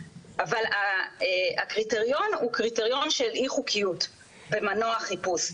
אבל הקריטריון הוא קריטריון של אי חוקיות במנוע חיפוש,